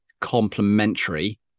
complementary